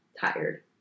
tired